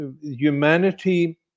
Humanity